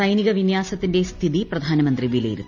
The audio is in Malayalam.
സൈനിക വിന്യാസത്തിന്റെ സ്ഥിതി പ്രധാനമന്ത്രി വിലയിരുത്തി